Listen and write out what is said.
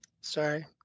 Sorry